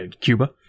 Cuba